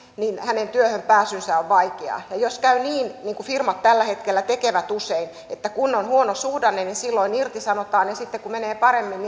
hänen työhön pääsynsä on vaikeaa jos käy niin niin kuin firmat tällä hetkellä tekevät usein että kun on huono suhdanne silloin irtisanotaan ja sitten kun menee paremmin